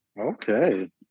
Okay